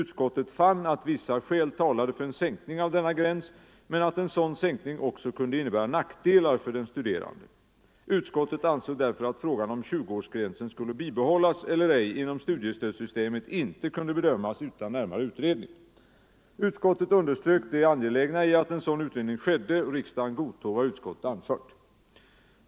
Utskottet fann att vissa skäl talade för en sänkning av denna gräns men att en sådan sänkning också kunde innebära nackdelar för den studerande. Utskottet ansåg därför att frågan om 20-årsgränsen skulle bibehållas eller ej inom studiestödssystemet inte kunde bedömas utan närmare utredning. Utskottet underströk det angelägna i att en sådan utredning skedde. Riksdagen godtog vad utskottet anfört .